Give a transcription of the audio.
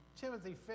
Timothy